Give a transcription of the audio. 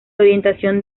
orientación